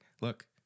look